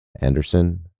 Anderson